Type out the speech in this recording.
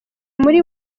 muri